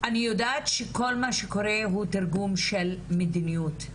אני יודעת שכל מה שקורה הוא תרגום של מדיניות,